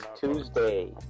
Tuesday